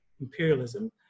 imperialism